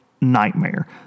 nightmare